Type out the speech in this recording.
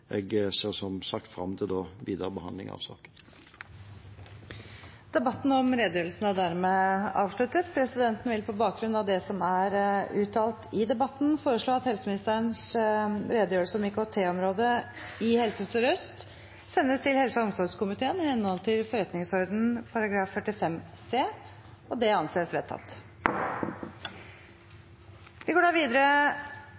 jeg ser som sagt fram til den videre behandlingen av saken. Debatten om redegjørelsen er dermed avsluttet. Presidenten vil på bakgrunn av det som er uttalt i debatten, foreslå at helseministerens redegjørelse om IKT-området i Helse Sør-Øst sendes til helse- og omsorgskomiteen, i henhold til forretningsordenen § 45 c. – Det anses vedtatt.